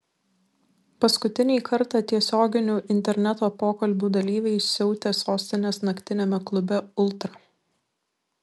paskutinį kartą tiesioginių interneto pokalbių dalyviai siautė sostinės naktiniame klube ultra